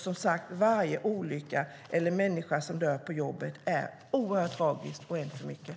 Som sagt är varje olycka och varje människa som dör på jobbet en för mycket och något oerhört tragiskt.